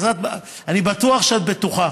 אז אני בטוח שאת בטוחה